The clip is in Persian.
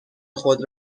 خود